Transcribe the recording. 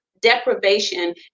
deprivation